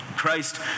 Christ